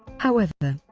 however,